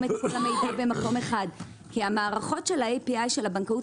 את המידע במקום אחד כי המערכות של ה-API של הבנקאות